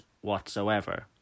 whatsoever